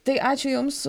tai ačiū jums